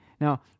Now